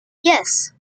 yes